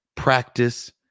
practice